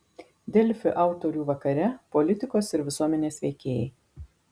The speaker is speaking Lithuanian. delfi autorių vakare politikos ir visuomenės veikėjai